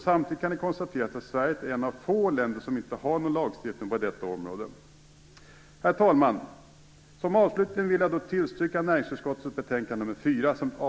Samtidigt kan det konstateras att Sverige är ett av de få länder som inte har någon lagstiftning på detta område. Herr talman! Som avslutning vill jag yrka bifall till hemställan i näringsutskottets betänkande nr 4